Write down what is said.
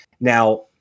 Now